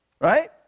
Right